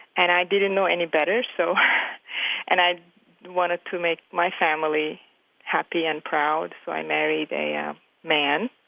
and i didn't know any better so and i wanted to make my family happy and proud, so i married a um man,